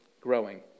growing